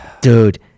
Dude